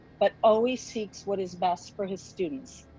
but always seeks what is best for his students.